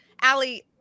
Allie